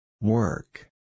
Work